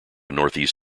northeast